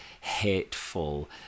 hateful